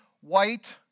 white